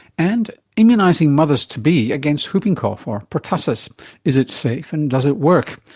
and immunising mothers to be against whooping cough, or pertussis is it safe and does it work?